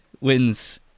wins